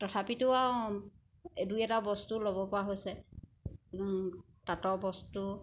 তথাপিতো আৰু এই দুই এটা বস্তু ল'ব পৰা হৈছে তাঁতৰ বস্তু